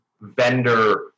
vendor